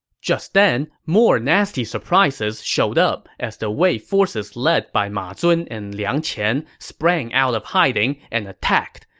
just then, more nasty surprises showed up, as the wei forces led by ma zun and liang qian sprang out of hiding and attacked.